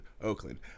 Oakland